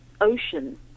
ocean